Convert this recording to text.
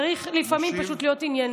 צריך לפעמים להיות פשוט ענייניים.